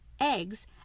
eggs